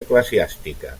eclesiàstica